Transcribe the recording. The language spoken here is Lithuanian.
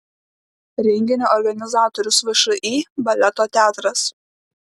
renginio organizatorius všį baleto teatras